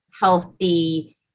healthy